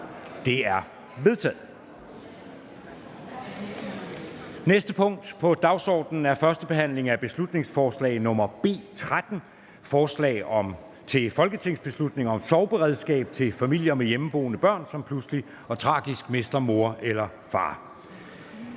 Det er vedtaget. --- Det næste punkt på dagsordenen er: 3) 1. behandling af beslutningsforslag nr. B 13: Forslag til folketingsbeslutning om sorgberedskab til familier med hjemmeboende børn, som pludseligt og tragisk mister mor eller far